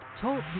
Talk